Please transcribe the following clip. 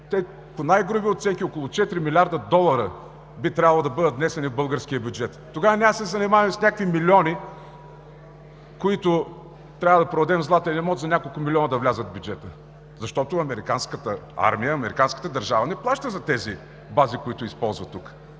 по най-груби оценки, около 4 милиарда долара би трябвало да бъдат внесени в българския бюджет. Тогава няма да се занимаваме с някакви милиони. Трябва да продадем златен имот – няколко милиона да влязат в бюджета. Защото американската армия, американската държава не плаща за тези бази, които използва тук.